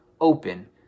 open